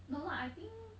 no lah I think